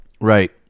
Right